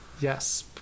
yes